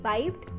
Vibed